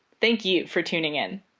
thank you for tuning in.